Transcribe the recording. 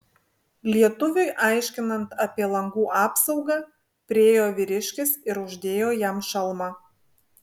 lietuviui aiškinant apie langų apsaugą priėjo vyriškis ir uždėjo jam šalmą